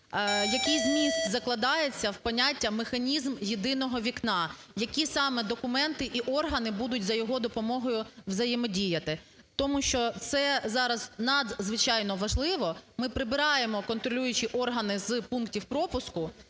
який зміст закладається в поняття "механізм "єдиного вікна", які саме документи і органи будуть за його допомогою взаємодіяти, тому що це зараз надзвичайно важливо. Ми прибираємо контролюючі органи з пунктів пропуску,